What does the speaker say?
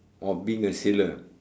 of being a sailor